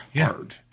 hard